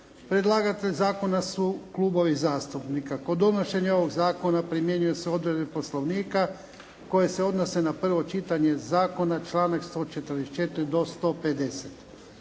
Predlagatelj zakona su klubovi zastupnika. Kod donošenja ovog zakona primjenjuju se odredbe Poslovnika koje se odnose na prvo čitanje zakona, članak 144. do 150.